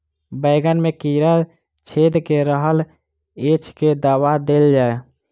बैंगन मे कीड़ा छेद कऽ रहल एछ केँ दवा देल जाएँ?